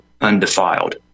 undefiled